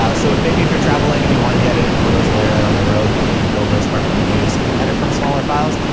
so it may be if you're traveling and you want to be editing photos while you're out on the road that you can build those smart previews and edit from smaller files.